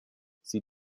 sie